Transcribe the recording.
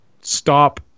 stop